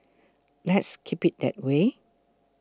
let's keep it that way